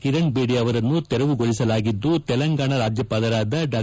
ಕಿರಣ್ ಬೇಡಿ ಅವರನ್ನು ತೆರವುಗೊಳಿಸಲಾಗಿದ್ದು ತೆಲಂಗಾಣ ರಾಜ್ಯಪಾಲರಾದ ಡಾ